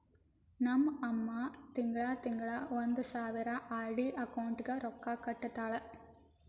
ನಮ್ ಅಮ್ಮಾ ತಿಂಗಳಾ ತಿಂಗಳಾ ಒಂದ್ ಸಾವಿರ ಆರ್.ಡಿ ಅಕೌಂಟ್ಗ್ ರೊಕ್ಕಾ ಕಟ್ಟತಾಳ